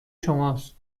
شماست